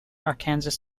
arkansas